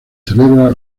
celebra